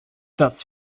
das